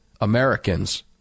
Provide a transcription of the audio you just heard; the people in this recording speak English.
Americans